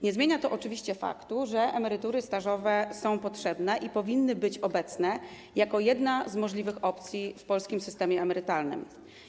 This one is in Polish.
Nie zmienia to oczywiście faktu, że emerytury stażowe są potrzebne i powinny być obecne jako jedna z możliwych opcji w polskim systemie emerytalnym.